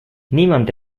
niemand